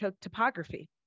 topography